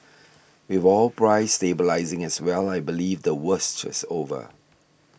with oil prices stabilising as well I believe the worst is over